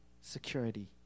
security